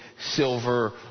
silver